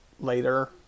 Later